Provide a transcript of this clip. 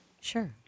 Sure